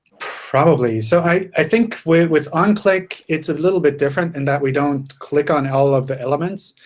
probably. so i think with with onclick, it's a little bit different in that we don't click on all of the elements.